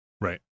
Right